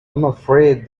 afraid